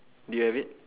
do you have it